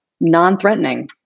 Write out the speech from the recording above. non-threatening